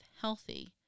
healthy